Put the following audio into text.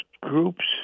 groups